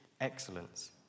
excellence